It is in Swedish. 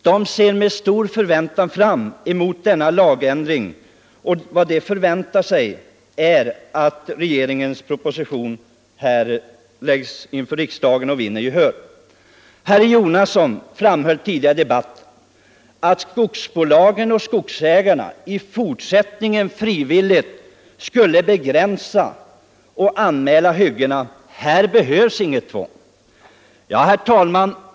De ser med stor förväntan fram emot denna lagändring, och vad de hoppas är att regeringens proposition, som nu framlagts inför riksdagen, skall vinna gehör. Herr Jonasson framhöll tidigare i debatten att skogsbolagen och skogsägarna i fortsättningen frivilligt skulle begränsa hyggena och anmäla dem i förväg. Men här behövs inget tvång! Herr talman!